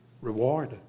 reward